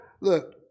look